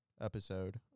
episode